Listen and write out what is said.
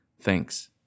thanks